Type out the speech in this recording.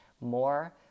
more